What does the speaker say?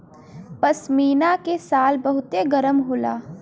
पश्मीना के शाल बहुते गरम होला